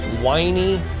whiny